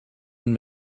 and